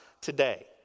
today